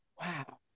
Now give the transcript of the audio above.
Wow